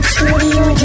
Studio